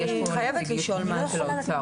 אני חייבת לשאול משהו.